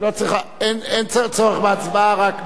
אין צורך בהצבעה, רק,